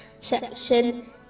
section